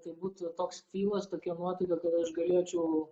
tai būtų toks filas tokia nuotaika kad aš galėčiau